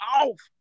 off